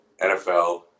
NFL